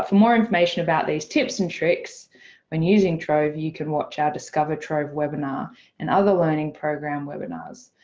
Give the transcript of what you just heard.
ah more information about these tips and tricks when using trove, you can watch our discover trove webinar and other learning program webinars.